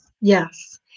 Yes